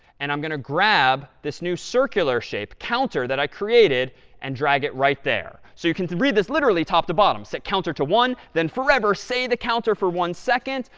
and i'm going to grab this new circular shape, counter, that i created and drag it right there. so you can read this literally top to bottom. so counter to one, then forever say the counter for one second.